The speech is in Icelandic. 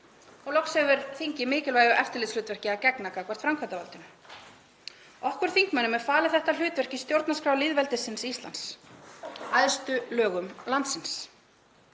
og loks hefur þingið mikilvægu eftirlitshlutverki að gegna gagnvart framkvæmdarvaldinu. Okkur þingmönnum er falið þetta hlutverk í stjórnarskrá lýðveldisins Íslands, æðstu lögum landsins.